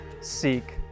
seek